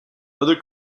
other